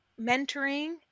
mentoring